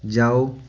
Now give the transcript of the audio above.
जाओ